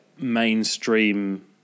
mainstream